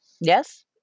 Yes